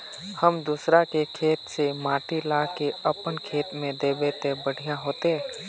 हम दूसरा के खेत से माटी ला के अपन खेत में दबे ते बढ़िया होते?